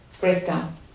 breakdown